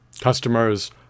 Customers